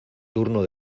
turno